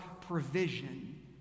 provision